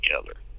together